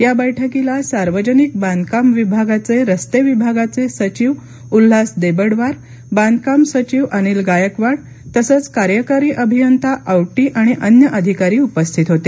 या बैठकीला सार्वजनिक बांधकाम विभागाचे रस्ते विभागाचे सचिव उल्हास देबडवार बांधकाम सचिव अनिल गायकवाड तसंच कार्यकारी अभियंता औटी आणि अन्य अधिकारी उपस्थित होते